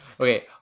Okay